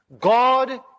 God